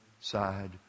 side